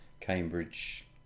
Cambridge